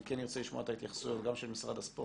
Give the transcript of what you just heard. אני כן ארצה לשמוע את ההתייחסות גם של משרד הספורט